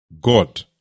God